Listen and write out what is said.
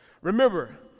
Remember